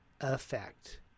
effect